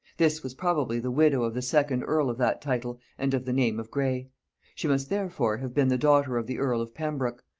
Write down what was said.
this was probably the widow of the second earl of that title and of the name of grey she must therefore have been the daughter of the earl of pembroke,